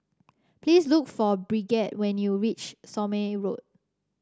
please look for Bridgett when you reach Somme Road